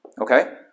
Okay